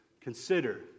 Consider